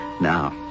Now